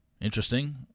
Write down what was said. interesting